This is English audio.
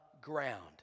ground